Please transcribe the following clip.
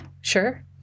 sure